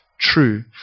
true